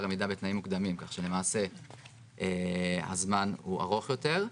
עמידה בתנאים מוקדמים כך שלמעשה הזמן ארוך יותר.